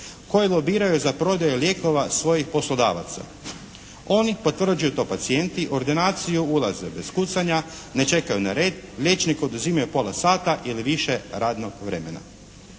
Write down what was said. koje lobiraju za prodaju lijekova svojih poslodavaca. Oni potvrđuju to pacijenti, u ordinaciju ulaze bez kucanja, ne čekaju na lijek, liječniku oduzimaju pola sata ili više radnog vremena.